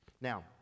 Now